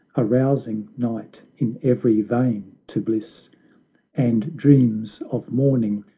arousing night in every vein, to bliss and dreams of morning,